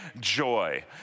joy